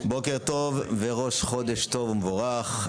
בוקר טוב וראש חודש טוב ומבורך.